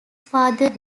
father